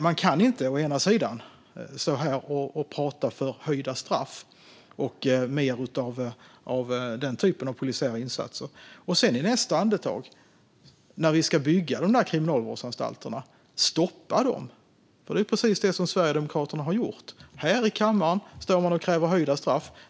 Man kan inte stå här och tala för höjda straff och mer av den typen av polisiära insatser och i nästa andetag stoppa de kriminalvårdsanstalter som vi ska bygga. Det är nämligen precis det som Sverigedemokraterna har gjort. Här i kammaren står man och kräver höjda straff.